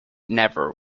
never